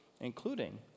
including